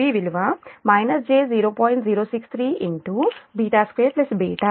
కాబట్టి Ib విలువ j0